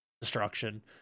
destruction